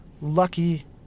lucky